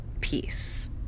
peace